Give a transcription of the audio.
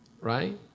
Right